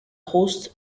host